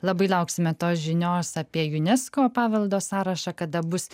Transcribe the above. labai lauksime tos žinios apie unesco paveldo sąrašą kada bus